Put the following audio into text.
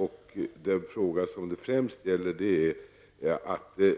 Och den fråga som det främst gäller är att när